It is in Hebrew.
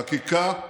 חקיקה: